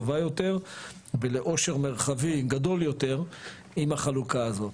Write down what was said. טובה יותר ולעושר מרחבי גדול יותר עם החלוקה הזאת.